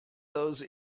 those